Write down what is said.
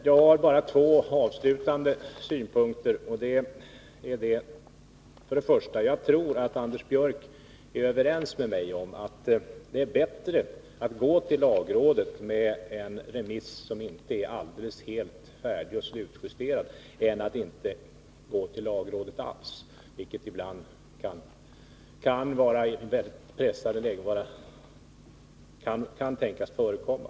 Jag har bara två avslutande synpunkter: För det första tror jag att Anders Björck är överens med mig om att det är bättre att gå till lagrådet med en remiss som inte är helt färdig och slutjusterad än att inte gå till lagrådet alls, vilket ibland i pressade lägen kan tänkas förekomma.